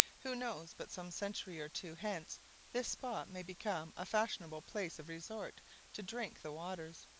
who knows but some century or two hence this spot may become a fashionable place of resort to drink the waters.